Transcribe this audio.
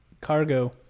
Cargo